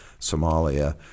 Somalia